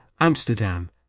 Amsterdam